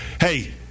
hey